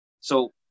So-